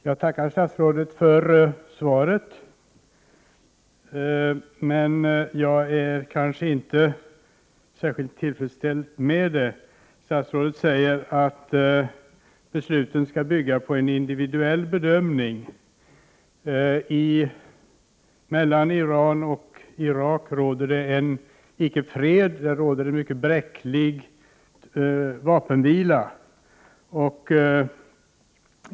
Herr talman! Jag tackar statsrådet för svaret. Men jag är inte särskilt tillfredsställd med det. Statsrådet säger att besluten skall bygga på en individuell bedömning. Mellan Iran och Irak råder inte fred utan en mycket bräcklig vapenvila.